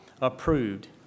approved